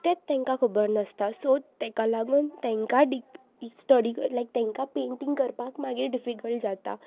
तेंच तांकां खबर नासता सो ताका लागून तांकां स्टडी लायक तांकां पेंटींग करपाक मागीर डिफिकल्ट जाता